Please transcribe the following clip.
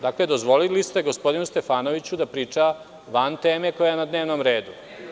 Dakle, dozvolili ste gospodinu Stefanoviću da priča van teme koja je na dnevnom redu.